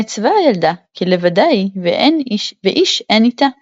נעצבה הילדה, כי לבדה היא ואיש אין אתה.